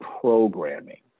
programming